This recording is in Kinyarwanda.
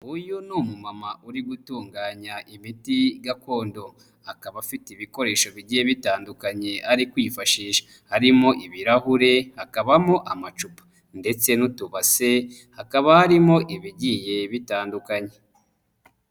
Uyu ni umumama uri gutunganya imiti gakondo, akaba afite ibikoresho bigiye bitandukanye ari kwishisha. Harimo: ibirahure, hakabamo amacupa ndetse n'utubase, hakaba harimo ibigiye bitandukanye.